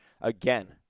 again